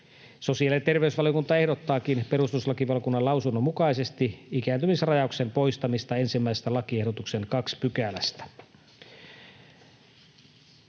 Sosiaali- ja terveysvaliokunta ehdottaakin perustuslakivaliokunnan lausunnon mukaisesti ikääntymisrajauksen poistamista 1. lakiehdotuksen 2 §:stä.